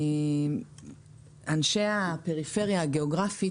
אנשי הפריפריה הגיאוגרפית,